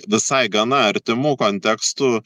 visai gana artimų kontekstų